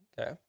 Okay